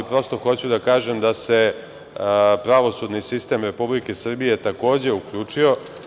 Prosto, hoću da kažem da se pravosudni sistem Republike Srbije, takođe uključio.